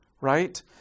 right